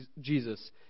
Jesus